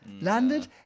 Landed